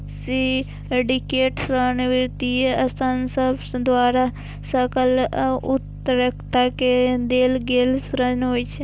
syndicate ऋण वित्तीय संस्थान सभ द्वारा एकल उधारकर्ता के देल गेल ऋण होइ छै